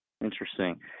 Interesting